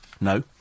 No